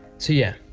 so yeah,